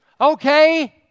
Okay